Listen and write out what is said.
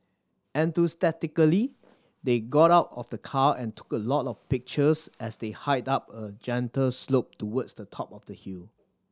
enthusiastically they got out of the car and took a lot of pictures as they hiked up a gentle slope towards the top of the hill